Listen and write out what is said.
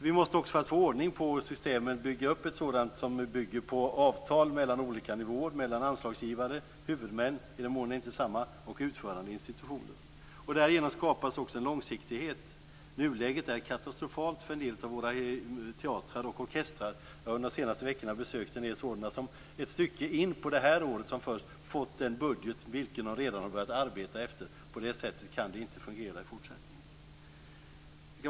Vi måste få ordning på systemen och bygga upp ett sådant som nu bygger på avtal mellan olika nivåer, mellan anslagsgivare, huvudmän i den mån det inte är samma och utförande institutioner. Därigenom skapas en långsiktighet. Nuläget är katastrofalt för en del av våra teatrar och orkestrar. Jag har under de senaste veckorna besökt en del sådana som först ett stycke in på det här året fått en budget, vilken man redan har börjat arbeta efter. På det sättet kan det inte fungera i fortsättningen.